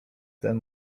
ten